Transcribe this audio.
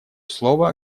слово